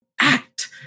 act